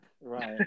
Right